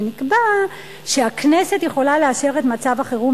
ונקבע שהכנסת יכולה לאשר את מצב החירום